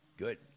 Good